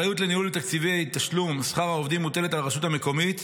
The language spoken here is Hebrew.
האחריות לניהול תקציבי תשלום שכר העובדים מוטלת על הרשות המקומית,